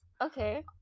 Okay